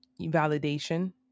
validation